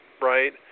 right